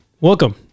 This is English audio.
welcome